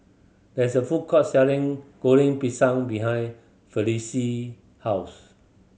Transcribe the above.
there is a food court selling Goreng Pisang behind Felicie house